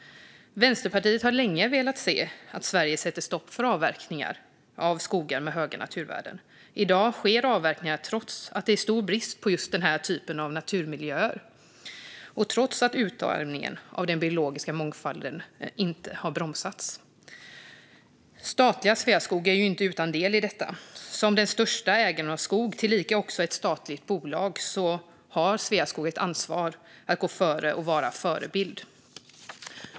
Vänsterpartiet har länge velat se att Sverige sätter stopp för avverkning av skogar med höga naturvärden. I dag sker avverkningar trots att det är stor brist på den här typen av naturmiljöer och trots att utarmningen av den biologiska mångfalden inte har bromsats. Statliga Sveaskog är inte utan del i detta. Som den största ägaren av skog, tillika ett statligt bolag, har Sveaskog ett ansvar att gå före och vara förebild.